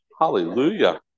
Hallelujah